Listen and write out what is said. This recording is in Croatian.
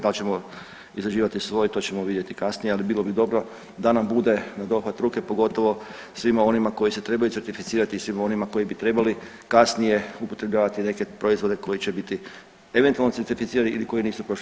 Dal ćemo izrađivati svoje to ćemo vidjeti kasnije, ali bilo bi dobro da nam bude na dohvat ruke, pogotovo svima onima koji se trebaju certificirati i svima onima koji bi trebali kasnije upotrebljavati neke proizvode koji će biti eventualno certificirani ili koji nisu prošli